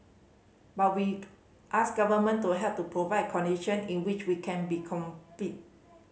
but we ask government to help to provide condition in which we can be compete